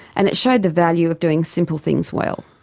and it showed the value of doing simple things well.